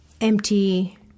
empty